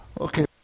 Okay